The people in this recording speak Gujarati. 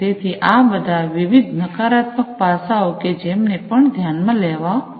તેથી આ બધા વિવિધ નકારાત્મક પાસાઓ કે જેમને પણ ધ્યાનમાં લેવા પડશે